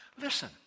Listen